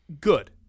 good